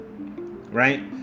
right